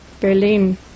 Berlin